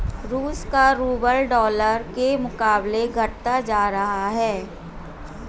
रूस का rouble dollar के मुकाबले घटता जा रहा है